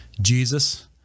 Jesus